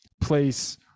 place